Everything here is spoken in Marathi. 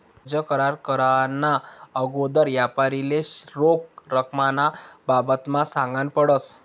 कर्ज करार कराना आगोदर यापारीले रोख रकमना बाबतमा सांगनं पडस